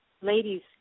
ladies